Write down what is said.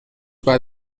بعد